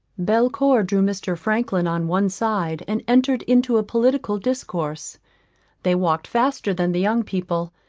belcour drew mr. franklin on one side and entered into a political discourse they walked faster than the young people,